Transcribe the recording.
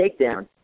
takedown